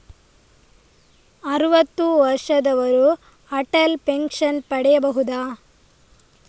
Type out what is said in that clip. ಅರುವತ್ತು ವರ್ಷದವರು ಅಟಲ್ ಪೆನ್ಷನ್ ಪಡೆಯಬಹುದ?